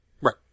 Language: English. Right